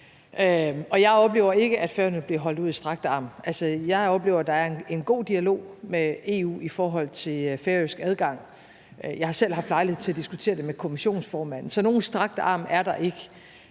Jeg oplever ikke, at Færøerne bliver holdt ud i strakt arm. Jeg oplever, at der er en god dialog med EU i forhold til færøsk adgang. Jeg har selv haft lejlighed til at diskutere det med kommissionsformanden, så nogen strakt arm er der ikke.